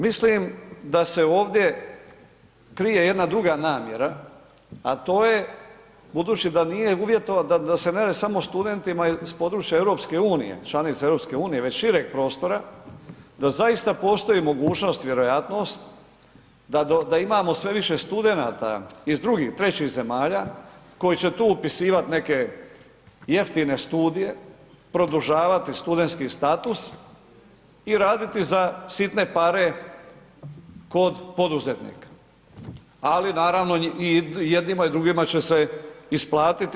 Mislim da se ovdje krije jedna druga namjera, a to je budući da nije uvjetovao da se ne radi samo o studentima s područja EU, članica EU već šireg prostora, da zaista postoji mogućnost, vjerojatnost da imamo sve više studenata iz drugih, trećih zemalja koji će tu upisivati neke jeftine studije produžavati studentski status i raditi za sitne pare kod poduzetnika, ali naravno jednima i drugima će se isplatiti.